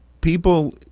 people